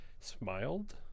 smiled